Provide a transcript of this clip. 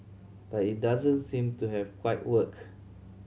but it doesn't seem to have quite worked